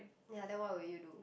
ya then what will you do